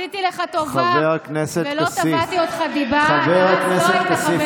עשיתי לך טובה ולא תבעתי אותך דיבה אז לא היית חבר כנסת,